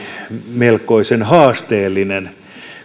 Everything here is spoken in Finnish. melkoisen haasteellinen